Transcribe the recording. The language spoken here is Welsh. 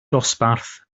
dosbarth